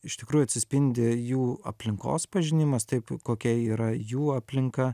iš tikrųjų atsispindi jų aplinkos pažinimas taip kokia yra jų aplinka